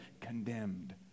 condemned